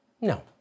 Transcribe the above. No